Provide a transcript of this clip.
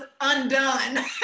undone